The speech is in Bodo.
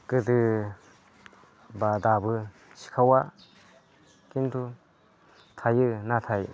गोदो बा दाबो सिखावा खिन्थु थायो नाथाय